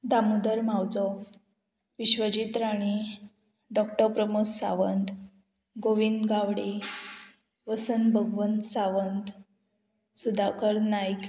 Damodar Mauzo Vishwajit Rane doctor Pramod Sawant Govind Gaude Vasan Bhagwant Sawant Sudhakar Naik